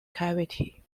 cavity